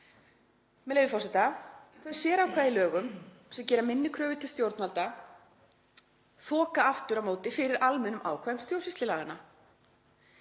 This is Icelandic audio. Með leyfi forseta: „Þau sérákvæði í lögum sem gera minni kröfur til stjórnvalda þoka aftur á móti fyrir almennum ákvæðum stjórnsýslulaganna.